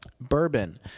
bourbon